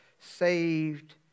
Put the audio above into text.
saved